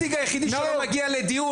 הוא לא הנציג היחידי שלא מגיע לדיון